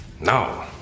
No